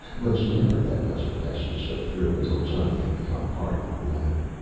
but she never let much affection show through until johnny had become part of her life.